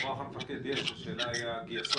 יש רוח מפקד, השאלה מה עם הגייסות.